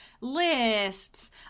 lists